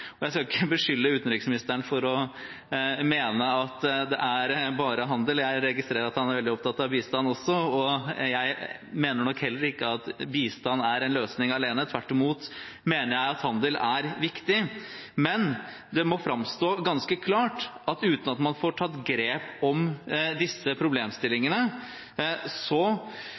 Jeg skal ikke beskylde utenriksministeren for å mene at det bare er handel. Jeg registrerer at han er veldig opptatt av bistand også, og jeg mener heller ikke at bistand er en løsning alene. Tvert imot mener jeg at handel er viktig. Men det må framstå ganske klart at uten at man får tatt grep om disse problemstillingene,